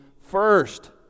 first